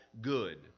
good